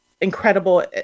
incredible